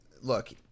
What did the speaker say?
Look